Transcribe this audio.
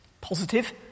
positive